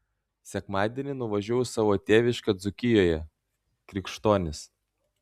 sekmadienį nuvažiavau į savo tėviškę dzūkijoje krikštonis